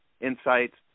insights